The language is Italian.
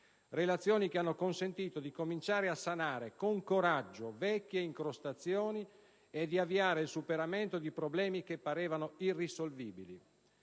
Paese e che hanno consentito di cominciare a sanare con coraggio vecchie incrostazioni e di avviare il superamento di problemi che parevano irrisolvibili.